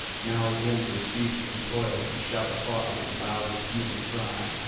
now again would cease from toil and shout afar with loud pealing cry.